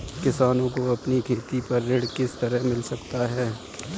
किसानों को अपनी खेती पर ऋण किस तरह मिल सकता है?